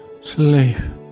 slave